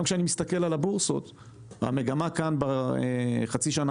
גם כשאני מסתכל על הבורסות המגמה כאן בחצי שנה